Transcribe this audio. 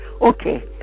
okay